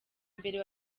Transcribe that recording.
mbere